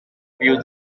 build